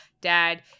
Dad